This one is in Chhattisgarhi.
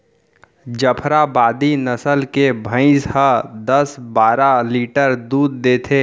जफराबादी नसल के भईंस ह दस बारा लीटर दूद देथे